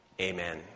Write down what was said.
Amen